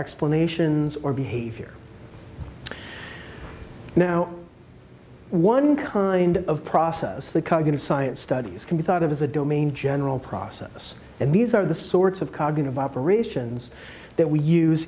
explanations or behavior now one kind of process that cognitive science studies can be thought of as a domain general process and these are the sorts of cognitive operations that we use